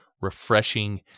refreshing